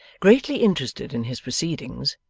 greatly interested in his proceedings,